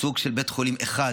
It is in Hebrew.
סוג של בית חולים אחד,